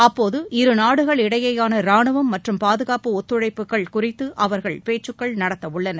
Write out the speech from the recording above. அப்போது இருநாடுகளிடையேயான ராணுவம் மற்றும் பாதுகாப்பு ஒத்துழைப்புகள் குறித்து அவர் பேச்சுக்கள் நடத்தவுள்ளார்